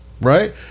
right